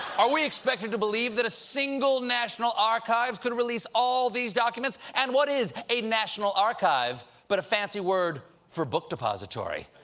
are we expected to believe that a single national archives could release all these documents? and what is a national archive but a fancy word for book depository?